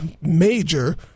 major